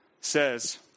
says